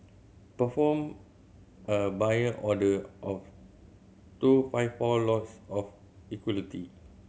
perform a Buy order of two five four lots of equity